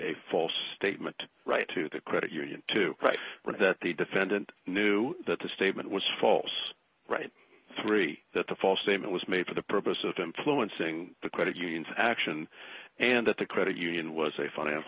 a false statement right to the credit union to write that the defendant knew that the statement was false right three that the false statement was made for the purpose of influencing the credit unions action and that the credit union was a finance